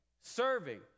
serving